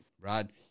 Rod